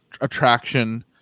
attraction